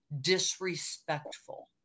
disrespectful